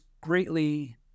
greatly